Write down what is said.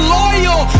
loyal